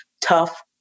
tough